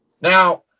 Now